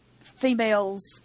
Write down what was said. females